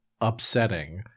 upsetting